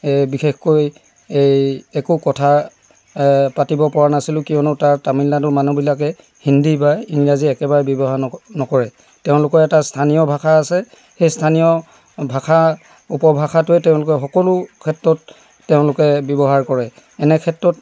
বিশেষকৈ একো কথা পাতিব পৰা নাছিলোঁ কিয়নো তাৰ তামিলনাডুৰ মানুহবিলাকে হিন্দী বা ইংৰাজী একেবাৰে ব্যৱহাৰ নকৰে তেওঁলোকৰ এটা স্থানীয় ভাষা আছে সেই স্থানীয় ভাষা উপভাষাটোৱে তেওঁলোকে সকলো ক্ষেত্ৰত তেওঁলোকে ব্যৱহাৰ কৰে এনে ক্ষেত্ৰত